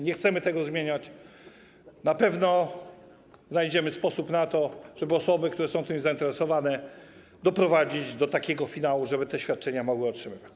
Nie chcemy tego zmieniać, na pewno znajdziemy sposób na to, żeby osoby, które są tym zainteresowane, doprowadzić do takiego finału, żeby te świadczenia mogły otrzymywać.